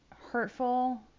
hurtful